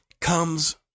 comes